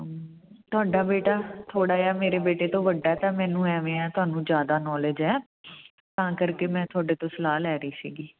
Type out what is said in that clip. ਤੁਹਾਡਾ ਬੇਟਾ ਥੋੜ੍ਹਾ ਜਿਹਾ ਮੇਰੇ ਬੇਟੇ ਤੋਂ ਵੱਡਾ ਤਾਂ ਮੈਨੂੰ ਐਵੇਂ ਆ ਤੁਹਾਨੂੰ ਜ਼ਿਆਦਾ ਨੌਲੇਜ ਹੈ ਤਾਂ ਕਰਕੇ ਮੈਂ ਤੁਹਾਡੇ ਤੋਂ ਸਲਾਹ ਲੈ ਰਹੀ ਸੀਗੀ